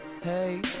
Hey